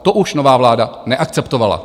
To už nová vláda neakceptovala.